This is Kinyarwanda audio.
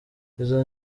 izo